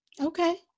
Okay